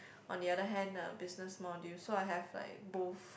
on the other hand uh business module so I have like both